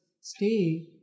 stay